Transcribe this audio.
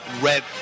red